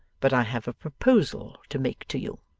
but i have a proposal to make to you.